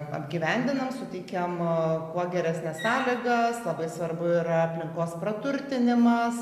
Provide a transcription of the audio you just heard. apgyvendinam suteikiam kuo geresnes sąlygas labai svarbu yra aplinkos praturtinimas